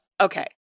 Okay